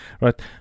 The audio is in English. right